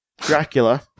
Dracula